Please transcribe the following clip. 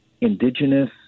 Indigenous